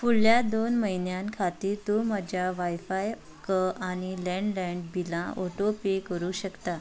फुडल्या दोन म्हयन्यां खातीर तूं म्हज्या वायफायाक आनी लँडलायन बिलां ऑटोपे करूंक शकता